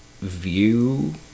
view